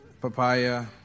Papaya